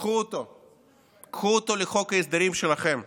קחו אותו לחוק ההסדרים שלכם,